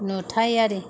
नुथायारि